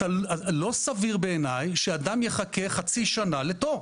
לא סביר בעיניי שאדם יחכה חצי שנה לתור.